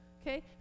okay